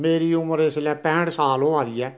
मेरी उम्र इसलै पैंठ साल होआ दी ऐ